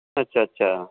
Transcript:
ਅੱਛਾ ਅੱਛਾ